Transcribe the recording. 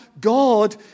God